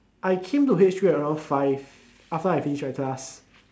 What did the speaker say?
I came to H three at around five after I finish my class